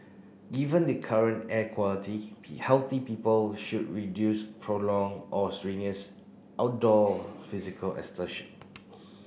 given the current air quality healthy people should reduce prolonged or strenuous outdoor physical exertion